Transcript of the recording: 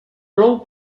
plou